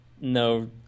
no